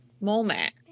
moment